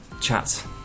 chat